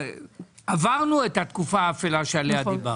עברנו את התקופה האפלה שעליה דיברת.